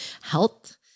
health